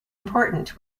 important